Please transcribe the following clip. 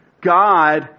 God